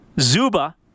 Zuba